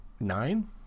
nine